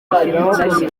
iki